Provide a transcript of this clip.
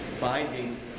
binding